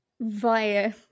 via